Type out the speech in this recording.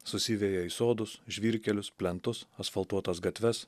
susiveja į sodus žvyrkelius plentus asfaltuotas gatves